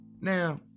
Now